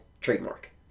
trademark